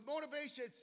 motivation